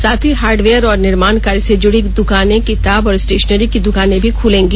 साथ ही हार्डवेयर और निर्माण कार्य से जुड़ी दुकानें किताब और स्टेषनरी की दुकानें भी खुलेंगी